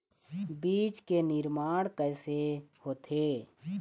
बीज के निर्माण कैसे होथे?